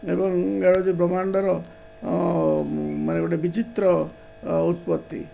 ଏବଂ ବ୍ରହ୍ମାଣ୍ଡର ମାନେ ଗୋଟେ ବିଚିତ୍ର ଉତ୍ପତ୍ତି